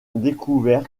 découvert